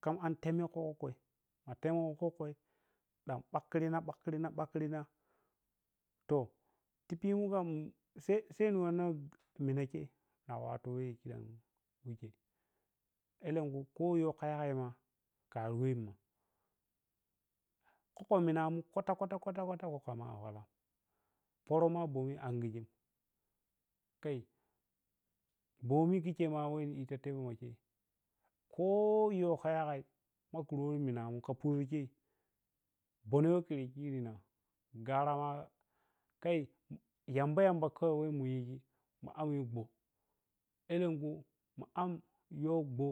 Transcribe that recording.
Khan an temmi khu khai ma temiwo khu khei ma ɓakrina ɓakrina ɓakrina to ti pimu khan sai ni wanna minah khei a wattu weh mikheu alenkhu kho yoh kha yagai ma kharuwe mun khokka minah mun kwata kwata kwata kwata khokko ma ci walam pərə ma bomi anjijem khai bomi khi khei ma weh niɗike khe, kho kha yoh kha yagai ma miri minahmu kha pərə khei bomi khari khirina garama khai yamba yamba khawai weh mu yiji ana am ye gwo alenkhu ma am yoh gwo